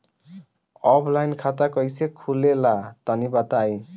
Offline खाता कइसे खुले ला तनि बताई?